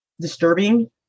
disturbing